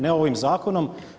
Ne ovim zakonom.